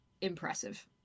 impressive